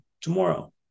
tomorrow